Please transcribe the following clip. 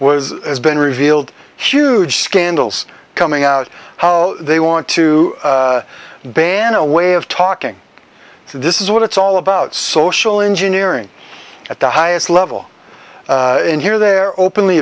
was has been revealed huge scandals coming out how they want to ban a way of talking this is what it's all about social engineering at the highest level in here they're openly